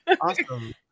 Awesome